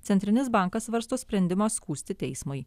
centrinis bankas svarsto sprendimą skųsti teismui